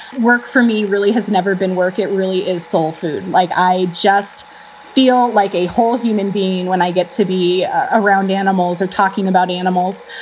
work for me really has never been work. it really is soul food. like, i just feel like a whole human being when i get to be around animals or talking about animals,